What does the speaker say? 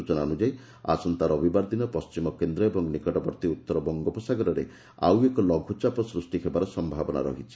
ସ୍ଚନା ଅନ୍ଯାୟୀ ଆସନ୍ତା ରବିବାର ଦିନ ପଣ୍କିମ କେନ୍ଦ୍ ଏବଂ ନିକଟବର୍ତ୍ତୀ ଉତ୍ତର ବଙ୍ଗୋପସାଗରରେ ଆଉ ଏକ ଲଘୁଚାପ ସୂଷ୍କ ହେବାର ସୟାବନା ରହିଛି